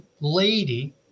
lady